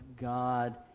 God